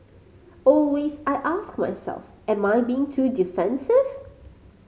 always I ask myself am I being too defensive